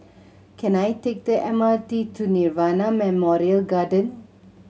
can I take the M R T to Nirvana Memorial Garden